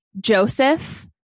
Joseph